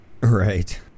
Right